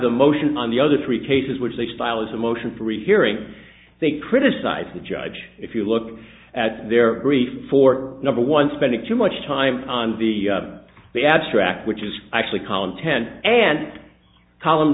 the motion on the other three cases which they file is a motion for requiring they criticize the judge if you look at their grief for number one spending too much time on the the abstract which is actually content and column